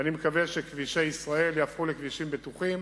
ואני מקווה שכבישי ישראל יהפכו לכבישים בטוחים,